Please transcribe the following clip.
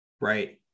right